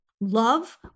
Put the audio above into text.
love